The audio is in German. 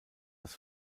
das